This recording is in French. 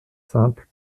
simple